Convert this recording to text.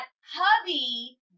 hubby